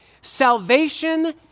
salvation